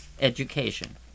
education